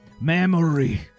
memory